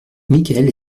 michaël